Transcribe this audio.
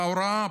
ההוראה,